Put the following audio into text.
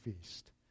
feast